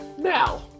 now